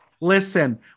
Listen